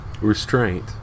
Restraint